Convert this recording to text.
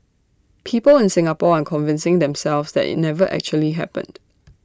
people in Singapore are convincing themselves that IT never actually happened